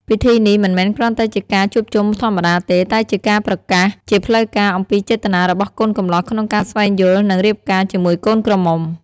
ពិធីនេះមិនមែនគ្រាន់តែជាការជួបជុំធម្មតាទេ តែជា ការប្រកាសជាផ្លូវការ អំពីចេតនារបស់កូនកំលោះក្នុងការ ស្វែងយល់ និង រៀបការ ជាមួយកូនក្រមុំ។